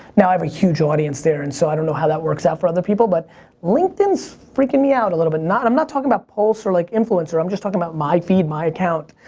now i have a huge audience there, and so i don't know how that works out for other people, but linkedin is freaking me out a little bit. i'm not talking about pulse or like influencer. i'm just talking about my feed, my account.